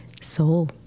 soul